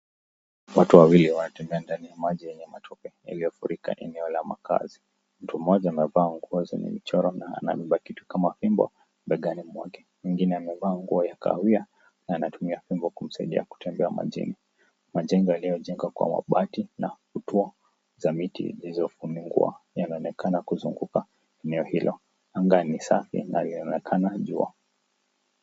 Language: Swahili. Watu wawili wanatembea ndani ya maji yenye matope iliyofurika eneo ya makazi, mtu mmoja amevaa nguo zenye mchoro na amebeba kitu kama fimbo begani mwake, mwingine amevaa nguo ya kahawia na anatumia fimbo kumsaidia kutembea majini. Majengo yaliyojengwa kwa mabati utuo za miti zilizoningua yanayoonekana kuzunguka eneo hilo. Anga ni safi na inaonekana jua.